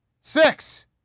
Six